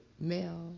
male